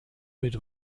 mit